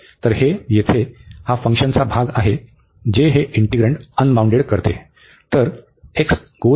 तर हे येथे हा फंक्शनचा भाग आहे जे हे इंटिग्रन्ड अनबाऊंडेड करते